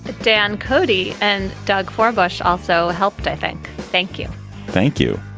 dan cody and doug for bush also helped, i think. thank you thank you.